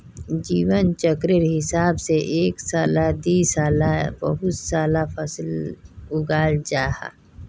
जीवन चक्रेर हिसाब से एक साला दिसाला बहु साला फसल उगाल जाहा